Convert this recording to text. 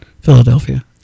Philadelphia